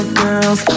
girls